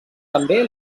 també